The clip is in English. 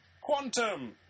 Quantum